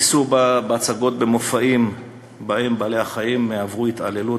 איסור הצגות ומופעים עם בעלי-חיים שעברו התעללות